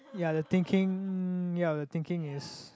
ya the thinking ya the thinking is